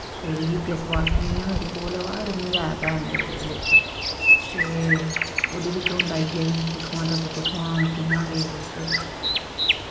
ते G P S watch ते नी ऐ मेरे कोल व रनिगं ऐप है मेरे कोल इक ते ओह्दे बिच्च होंदा इयै कि कुत्थुआं तक कुत्थुआं कियां गे तुस